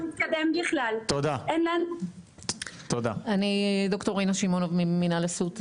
אני ד"ר רינה שימונוב ממנהל הסיעוד.